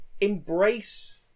embrace